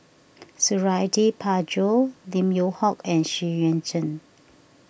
Suradi Parjo Lim Yew Hock and Xu Yuan Zhen